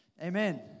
Amen